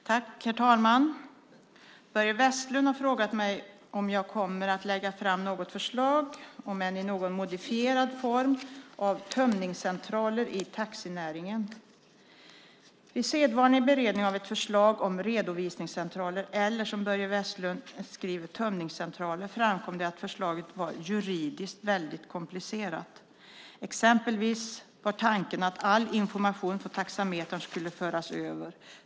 Herr talman! Börje Vestlund har frågat mig om jag kommer att lägga fram något förslag, om än i något modifierad form, om tömningscentraler i taxinäringen. Vid sedvanlig beredning av ett förslag om redovisningscentraler, eller som Börje Vestlund skriver tömningscentraler, framkom det att förslaget var juridiskt väldigt komplicerat. Exempelvis var tanken att all information från taxametern skulle föras över.